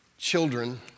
Children